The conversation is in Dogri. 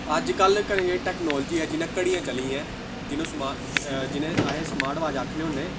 अजकल्ल कन्नै जेह्ड़ी टैक्नालोजी ऐ जि'यां घड़ियां चली दियां ऐं जि'न्नू जि'नें गी अस समार्ट वाच आखने होन्नें